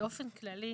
שבאופן כללי